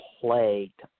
plagued